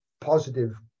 positive